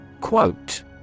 Quote